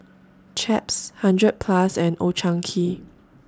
Chaps hundred Plus and Old Chang Kee